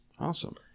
Awesome